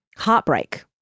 heartbreak